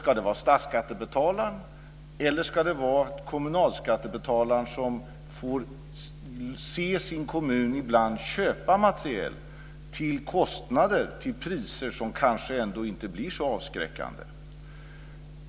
Ska det vara statsskattebetalaren eller ska det vara kommunalskattebetalaren som får se sin kommun ibland köpa materiel till priser som kanske ändå inte blir så avskräckande?